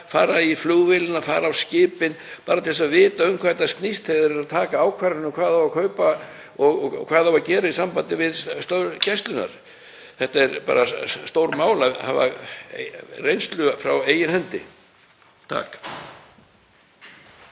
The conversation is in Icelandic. fara í flugvélina, fara á skipin bara til að vita um hvað þetta snýst þegar þeir eru að taka ákvarðanir um hvað á að kaupa og hvað á að gera í sambandi við störf Gæslunnar. Það er bara stórmál að hafa reynslu frá eigin hendi.